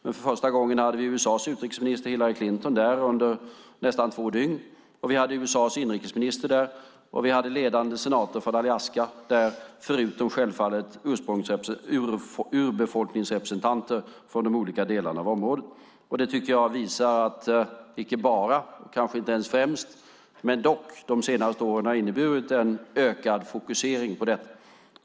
Men för första gången hade vi USA:s utrikesminister Hillary Clinton där, under nästan två dygn. Vi hade USA:s inrikesminister där, och vi hade ledande senatorn från Alaska där, förutom självfallet urbefolkningsrepresentanter från de olika delarna av området. Det tycker jag visar - icke bara detta, kanske inte ens främst - att de senaste åren har inneburit en ökad fokusering på detta.